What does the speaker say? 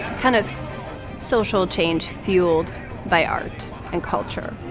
kind of social change fueled by art and culture.